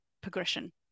progression